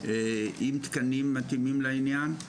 ועם תקנים מתאימים לעניין.